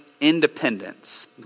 independence